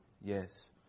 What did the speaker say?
Yes